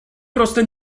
просто